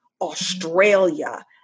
Australia